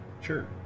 Sure